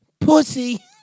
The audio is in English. pussy